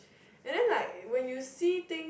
and then like when you see things